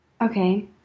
Okay